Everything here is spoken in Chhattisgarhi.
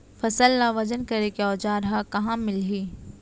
फसल ला वजन करे के औज़ार हा कहाँ मिलही?